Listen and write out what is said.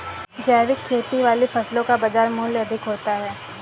जैविक खेती वाली फसलों का बाजार मूल्य अधिक होता है